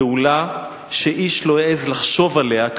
פעולה שאיש לא העז לחשוב עליה,